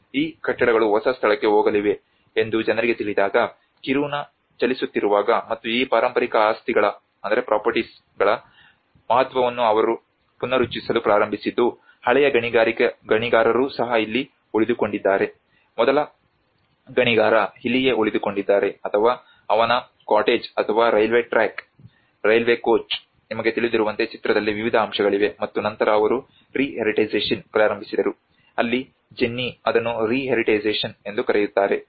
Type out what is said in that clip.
ಈ ಕಟ್ಟಡಗಳು ಹೊಸ ಸ್ಥಳಕ್ಕೆ ಹೋಗಲಿವೆ ಎಂದು ಜನರಿಗೆ ತಿಳಿದಾಗ ಕಿರುನಾ ಚಲಿಸುತ್ತಿರುವಾಗ ಮತ್ತು ಈ ಪಾರಂಪರಿಕ ಆಸ್ತಿಗಳ ಮಹತ್ವವನ್ನು ಅವರು ಪುನರುಚ್ಚರಿಸಲು ಪ್ರಾರಂಭಿಸಿದ್ದು ಹಳೆಯ ಗಣಿಗಾರರೂ ಸಹ ಇಲ್ಲಿ ಉಳಿದುಕೊಂಡಿದ್ದಾರೆ ಮೊದಲ ಗಣಿಗಾರ ಇಲ್ಲಿಯೇ ಉಳಿದುಕೊಂಡಿದ್ದಾರೆ ಅಥವಾ ಅವನ ಕಾಟೇಜ್ ಅಥವಾ ರೈಲ್ವೆ ಟ್ರ್ಯಾಕ್ ರೈಲ್ವೆ ಕೋಚ್ ನಿಮಗೆ ತಿಳಿದಿರುವಂತೆ ಚಿತ್ರದಲ್ಲಿ ವಿವಿಧ ಅಂಶಗಳಿವೆ ಮತ್ತು ನಂತರ ಅವರು ರೀ ಹೆರೀಟೈಸಷನ್ ಪ್ರಾರಂಭಿಸಿದರು ಅಲ್ಲಿ ಜೆನ್ನಿ ಅದನ್ನು ರೀ ಹೆರೀಟೈಸಷನ್ ಎಂದು ಕರೆಯುತ್ತಾರೆ